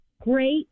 great